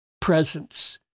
presence